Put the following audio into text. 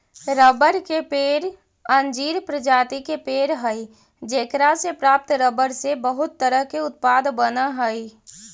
रबड़ के पेड़ अंजीर प्रजाति के पेड़ हइ जेकरा से प्राप्त रबर से बहुत तरह के उत्पाद बनऽ हइ